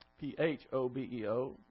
P-H-O-B-E-O